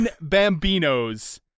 bambinos